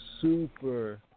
super